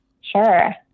Sure